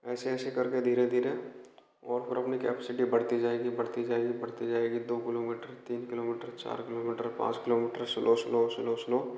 ऐसे ऐसे करके धीरे धीरे अपने आप कैपिसिटी बढ़ती जाएगी बढ़ती जाएगी बढ़ती जाएगी दो किलोमीटर तीन कीलोमीटर चार किलोमीटर पाँच kilometre slow slow slow slow